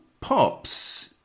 pops